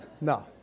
no